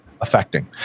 affecting